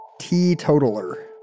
teetotaler